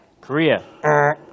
Korea